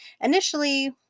Initially